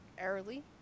early